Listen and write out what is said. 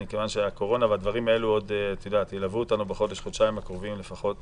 מכיוון שהקורונה והדברים האלה ילוו אותנו בחודש-חודשיים הקרובים לפחות